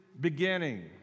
beginning